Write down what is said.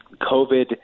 covid